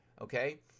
Okay